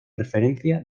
referencia